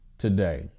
today